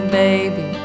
baby